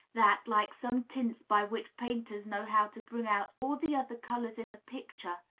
that, like some tints by which painters know how to bring out all the other colors in a picture,